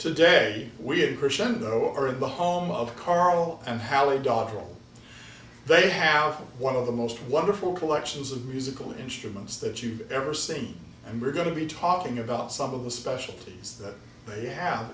today we have a percent over in the home of karo and how dogs they have one of the most wonderful collections of musical instruments that you've ever seen and we're going to be talking about some of the specialties that they have